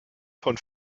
von